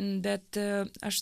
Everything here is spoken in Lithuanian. bet aš